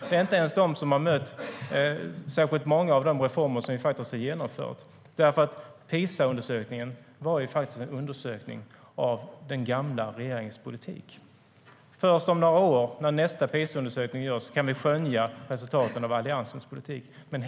Det är inte ens de som har mött särskilt många av de reformer som vi faktiskt har genomfört. PISA-undersökningen var en undersökning av den gamla regeringens politik. Först om några år när nästa PISA-undersökning görs kan vi skönja resultaten av Alliansens politik.